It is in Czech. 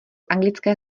anglické